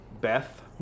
Beth